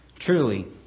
Truly